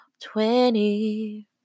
twenty